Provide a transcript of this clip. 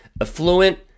affluent